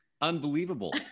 unbelievable